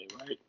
right